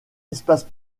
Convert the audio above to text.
espaces